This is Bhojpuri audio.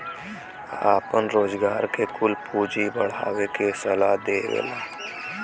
आपन रोजगार के कुल पूँजी बढ़ावे के सलाह देवला